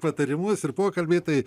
patarimus ir pokalbiai tai